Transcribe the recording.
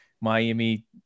Miami